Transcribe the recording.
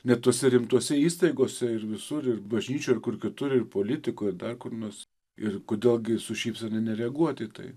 net tose rimtose įstaigose ir visur ir bažnyčioj ir kur kitur ir politikoj ir dar kur nors ir kodėl gi su šypsena nereaguoti į tai